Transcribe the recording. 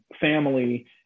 family